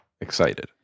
excited